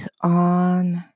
on